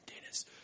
Dennis